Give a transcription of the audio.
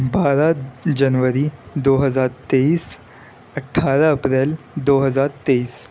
بارہ جنوری دو ہزار تیئیس اٹھارہ اپریل دو ہزار تیئیس